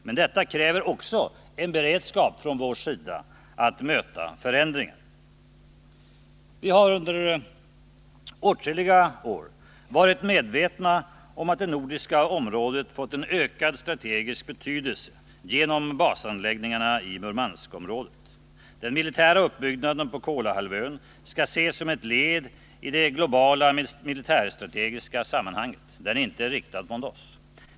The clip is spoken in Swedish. Men detta kräver också en beredskap från vår sida att möta förändringar. Vi har under åtskilliga år varit medvetna om att det nordiska området fått en ökad strategisk betydelse genom basanläggningarna i Murmanskområdet. Den militära uppbyggnaden på Kolahalvön skall ses som ett led i det globala militärstrategiska sammanhanget. Den är inte riktad mot oss.